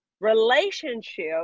Relationship